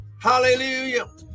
Hallelujah